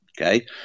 okay